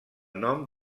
nom